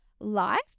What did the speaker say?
life